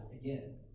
again